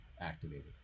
activated